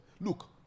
Look